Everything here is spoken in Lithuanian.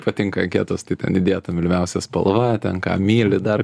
patinka anketos tai ten įdėta mylimiausia spalva ten ką myli dar